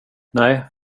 nej